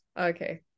Okay